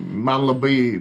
man labai